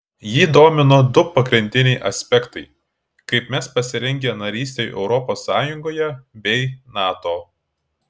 jį domino du pagrindiniai aspektai kaip mes pasirengę narystei europos sąjungoje bei nato